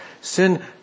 Sin